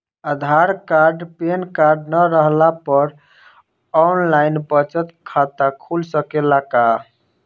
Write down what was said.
आधार card PAN card न रहला पर आन लाइन बचत खाता खुल सकेला का?